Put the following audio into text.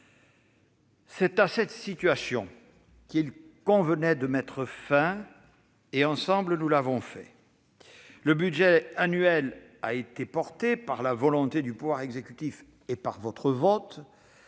C'est à cette situation qu'il convenait de mettre fin ; ce que, ensemble, nous avons fait. Le budget annuel a en effet été porté, par la volonté de l'exécutif et par votre vote,